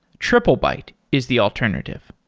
triplebyte is the alternative.